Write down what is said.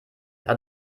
aber